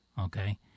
Okay